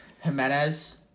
Jimenez